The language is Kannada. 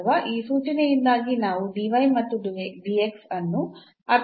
ಅಥವಾ ಈ ಸೂಚನೆಯಿಂದಾಗಿ ನಾವು dy ಮತ್ತು ಅನ್ನು ಅರ್ಥ ಮಾಡಿಕೊಳ್ಳುತ್ತೇವೆ